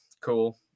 cool